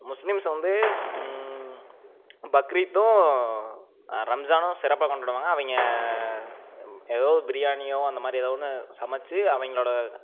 Muslims வந்து பக்ரீத்தும் ரம்ஜானும் சிறப்பாக கொண்டாடுவாங்க அவங்க ஏதோ பிரியாணியோ அந்த மாதிரி ஏதோ ஒன்று சமைச்சு அவங்களோட